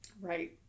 Right